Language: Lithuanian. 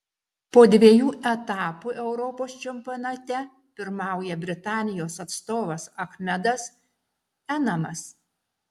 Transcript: po dviejų etapų europos čempionate pirmauja britanijos atstovas achmedas enamas